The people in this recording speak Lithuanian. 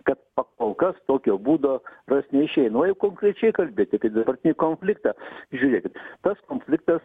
kad kol kas tokio būdo rast neišeina o jeigu konkrečiai kalbėti tai dabartinį konfliktą žiūrėkit tas konfliktas